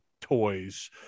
toys